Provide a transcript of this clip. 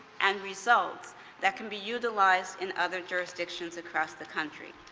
and results that can be utilized in other jurisdictions across the country.